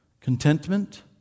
Contentment